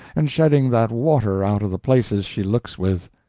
and shedding that water out of the places she looks with.